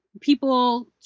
people